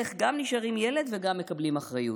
איך גם נשארים ילד וגם מקבלים אחריות.